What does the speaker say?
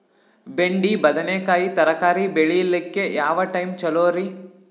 ಬೆಂಡಿ ಬದನೆಕಾಯಿ ತರಕಾರಿ ಬೇಳಿಲಿಕ್ಕೆ ಯಾವ ಟೈಮ್ ಚಲೋರಿ?